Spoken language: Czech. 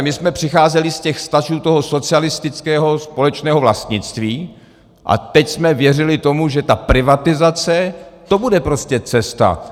My jsme přicházeli z těch vztahů toho socialistického společného vlastnictví a teď jsme věřili tomu, že ta privatizace, to bude prostě cesta.